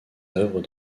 œuvres